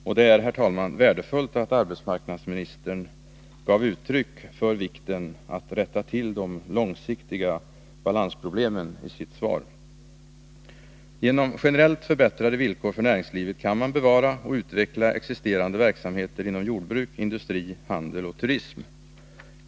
Och det är, herr talman, värdefullt att arbetsmarknadsministern i sitt svar gav uttryck för vikten att rätta till de långsiktiga balansproblemen. Genom generellt förbättrade villkor för näringslivet kan man bevara och utveckla existerande verksamheter inom jordbruk, industri, handel och turism.